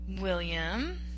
William